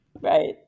right